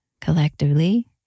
collectively